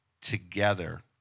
together